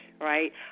right